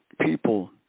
people